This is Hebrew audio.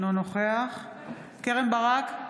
אינו נוכח קרן ברק,